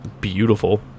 beautiful